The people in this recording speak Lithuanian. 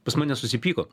pas mane susipyko